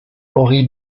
henri